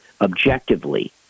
objectively